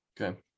okay